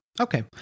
Okay